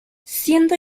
siendo